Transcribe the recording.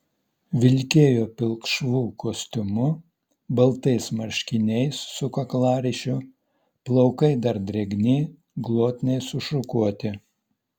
vilkėjo pilkšvu kostiumu baltais marškiniais su kaklaryšiu plaukai dar drėgni glotniai sušukuoti